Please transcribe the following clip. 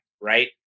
right